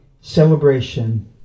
celebration